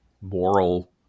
moral